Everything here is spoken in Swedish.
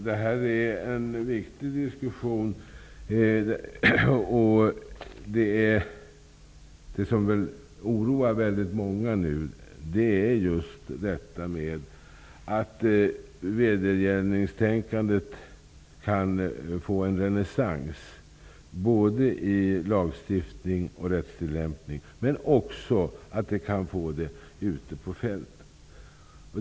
Herr talman! Detta är en viktig diskussion. Det som väl oroar många nu är att vedergällningstänkandet kan få en renässans både i lagstiftning och i rättstillämpning, men också ute på fältet.